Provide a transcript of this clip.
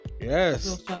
Yes